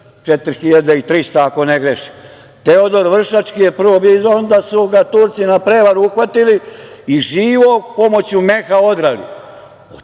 4.300, ako ne grešim. Teodor Vršački je prvo bio izvan, onda su ga Turci na prevaru uhvatili i živog pomoću meha odrali.